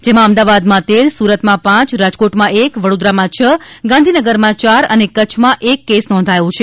જેમાં અમદાવાદમાં તેર સુરતમાં પાંચ રાજકોટમાં એક વડોદરામાં છ ગાંધીનગરમાં ચાર અને કચ્છમાં એક કેસ નોધાયો છે